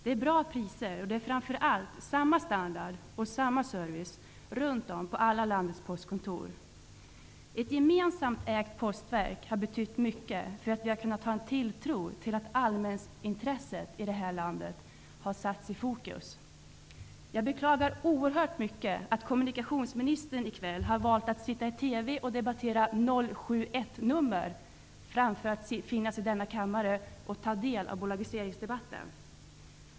Priserna är bra och framför allt hålls samma standard och service runt om på alla landets postkontor. Ett gemensamt ägt postverk har betytt mycket för tilltron till att allmänintresset här i landet har satts i fokus. Jag beklagar oerhört mycket att kommunikationsministern i kväll har valt att i TV debattera 071-nummer framför att vara i denna kammare och ta del av bolagiseringsdebatten.